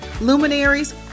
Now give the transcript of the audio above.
luminaries